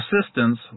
assistance